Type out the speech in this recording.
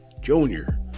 junior